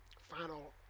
Final